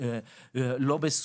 לא בזכות,